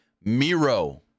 Miro